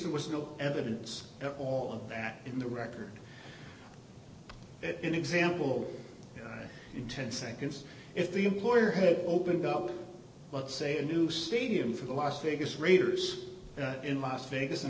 it was no evidence at all of that in the record and example in ten seconds if the employer had opened up let's say a new stadium for the las vegas raiders in las vegas and